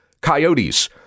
coyotes